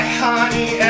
honey